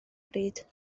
bryd